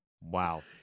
Wow